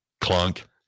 clunk